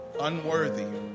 unworthy